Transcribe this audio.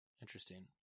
Interesting